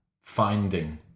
finding